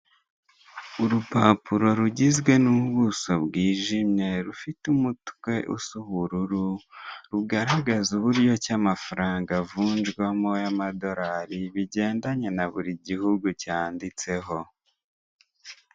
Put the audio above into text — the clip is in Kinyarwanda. Urupapuro rugizwe n'ubuso bwijimye rufite umutwe usa ubururu rugaragaza uburyo iki amafaranga avunjwamo y'amadorali bigendanye na buri gihugu cyanditseho.